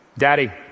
Daddy